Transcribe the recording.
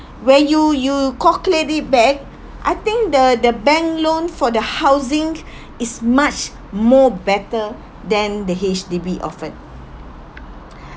when you you calculate it back I think the the bank loan for the housing is much more better than the H_D_B often